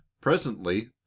presently